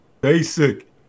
basic